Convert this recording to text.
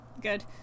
Good